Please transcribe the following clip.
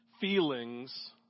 Feelings